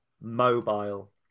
Mobile